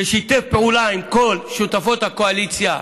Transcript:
ששיתף פעולה עם כל שותפות הקואליציה,